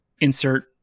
insert